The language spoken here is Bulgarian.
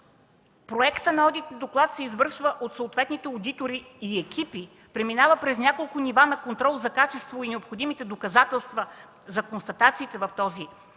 Проектът на одитния доклад се извършва от съответните одитори и екипи, преминава през няколко нива на контрол за качество и необходимите доказателства за констатациите в този доклад,